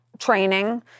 training